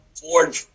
Ford